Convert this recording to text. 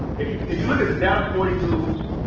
if you if you look at the dallas morning news,